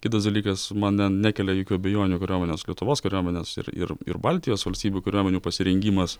kitas dalykas man n nekelia jokių abejonių kariuomenės lietuvos kariuomenės ir ir ir baltijos valstybių kariuomenių pasirengimas